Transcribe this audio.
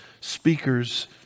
speakers